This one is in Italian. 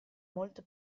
molto